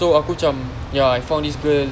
so aku cam ya I found this girl